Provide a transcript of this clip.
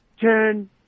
turn